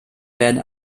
werden